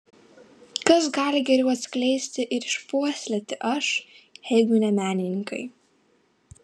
kas gali geriau atskleisti ir išpuoselėti aš jeigu ne menininkai